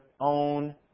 own